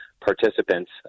participants